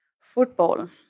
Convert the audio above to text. Football